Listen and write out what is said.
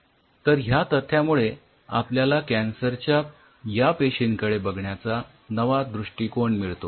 तर ह्या तथ्यामुळे आपल्याला कॅन्सरच्या या पेशींकडे बघण्याचा नवा दृष्टिकोन मिळतो